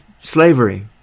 slavery